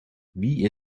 wie